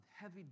heavy